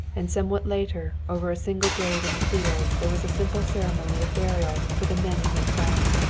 and somewhat later over a single grave in the fields there was a simple ceremony of burial for the men who had fallen.